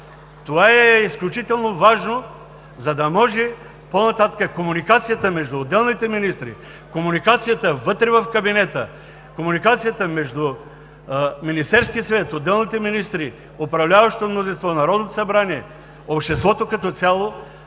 Това е изключително важно, за да може по-нататък комуникацията между отделните министри, комуникацията вътре в кабинета, комуникацията между Министерския съвет, отделните министри, управляващото мнозинство, Народното събрание, обществото като цяло